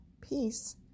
peace